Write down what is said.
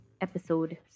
Episode